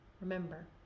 Remember